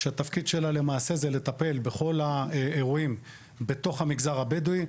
שהתפקיד שלה למעשה הוא לטפל בכל האירועים בתוך המגזר הבדואי,